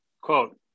quote